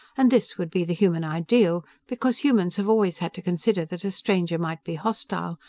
and this would be the human ideal because humans have always had to consider that a stranger might be hostile,